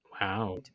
Wow